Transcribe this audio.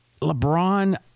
LeBron